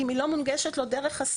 אם היא לא מונגשת לו דרך הסל,